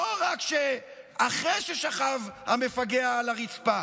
לא רק שאחרי ששכב המפגע על הרצפה,